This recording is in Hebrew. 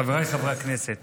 חבריי חברי הכנסת,